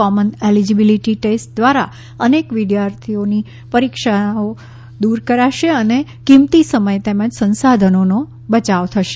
common eligibility test દ્વારા અનેક પરીક્ષાઓ દૂર કરાશે અને કિંમતી સમય તેમજ સંસાધનોનો બયાવ થશે